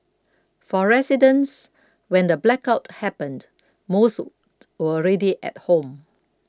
for residents when the blackout happened most already at home